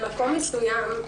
ממקום מסוים,